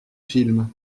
film